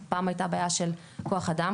פעם היתה בעיה של כוח אדם,